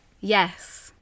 Yes